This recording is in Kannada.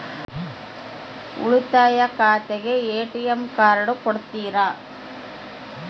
ಉಳಿತಾಯ ಖಾತೆಗೆ ಎ.ಟಿ.ಎಂ ಕಾರ್ಡ್ ಕೊಡ್ತೇರಿ?